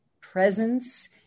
presence